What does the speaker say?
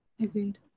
Agreed